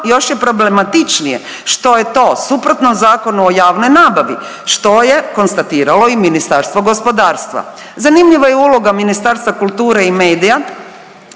još je problematičnije što je to suprotno Zakonu o javnoj nabavi, što je konstatiralo i Ministarstvo gospodarstva. Zanimljiva je i uloga Ministarstva kulture i medija